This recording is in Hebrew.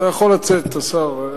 אתה יכול לצאת, השר.